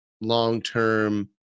long-term